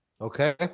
Okay